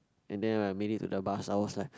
and then I made it to the bus I was like